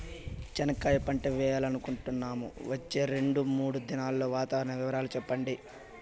చెనక్కాయ పంట వేయాలనుకుంటున్నాము, వచ్చే రెండు, మూడు దినాల్లో వాతావరణం వివరాలు చెప్పండి?